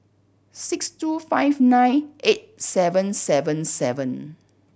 six two five nine eight seven seven seven